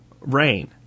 rain